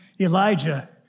Elijah